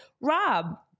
Rob